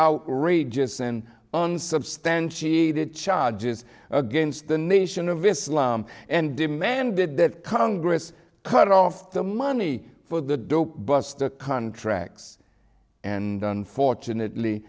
outrageous and unsubstantiated charges against the nation of islam and demanded that congress cut off the money for the buster contracts and unfortunately